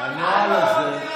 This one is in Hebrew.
אני רק אעיר לך,